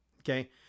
Okay